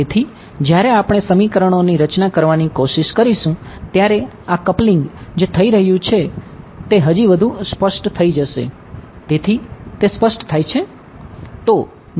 તેથી જ્યારે આપણે સમીકરણોની રચના કરવાની કોશિશ કરીશું ત્યારે આ કપલિંગ જે થઈ રહ્યું છે તે હજી વધુ સ્પષ્ટ થઈ જશે